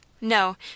No